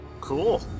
Cool